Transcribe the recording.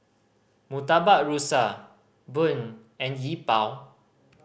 Murtabak Rusa bun and Yi Bua